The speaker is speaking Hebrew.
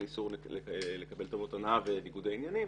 על איסור לקבל טובות הנאה וניגודי עניינים